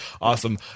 Awesome